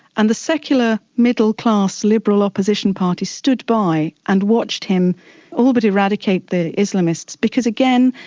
and the secular, middle-class, liberal opposition parties stood by and watched him all but eradicate the islamists, because again,